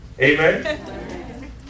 amen